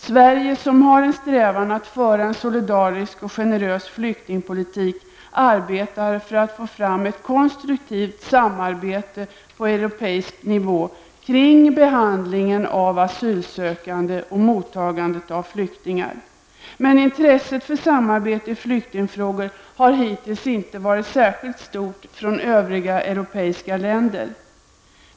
Sverige, som har en strävan att föra en solidarisk och generös flyktingpolitik, arbetar för att få fram ett konstruktivt samarbete på europeisk nivå kring behandlingen av asylsökande och mottagande av flyktingar. Intresset för samarbete i flyktingfrågor har hittills inte varit särskilt stort för övriga europeiska länder.